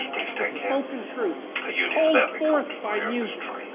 it's the spoken truth. it's called forth by music.